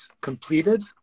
completed